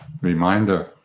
reminder